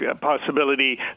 possibility